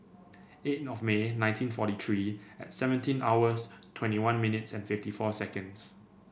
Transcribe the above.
eight of May nineteen forty three at seventeen hours twenty one minutes and fifty four seconds